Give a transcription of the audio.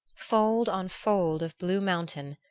fold on fold of blue mountain,